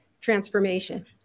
transformation